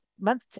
month